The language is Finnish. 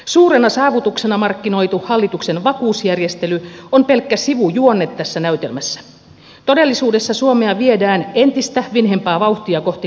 suurena saavutuksena markkinoitu hallituksen vakuusjärjestely on pelkkä sivujuonne tässä näytelmässä todellisuudessa suomea viedään entistä vinhempaa vauhtia kohti